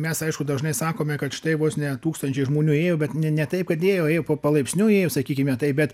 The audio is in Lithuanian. mes aišku dažnai sakome kad štai vos ne tūkstančiai žmonių ėjo bet ne ne taip kad ėjo ėjo pa palaipsniui ėjo sakykime taip bet